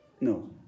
No